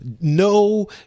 no